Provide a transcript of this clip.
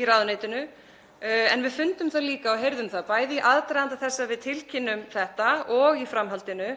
í ráðuneytinu en við fundum það líka og heyrðum það, bæði í aðdraganda þess að við tilkynntum þetta og í framhaldinu,